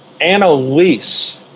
Annalise